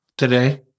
today